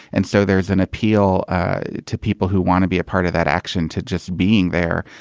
and so there's an appeal to people who want to be a part of that action to just being there.